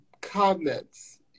comments